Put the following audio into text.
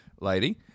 lady